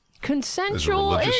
Consensual